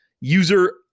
user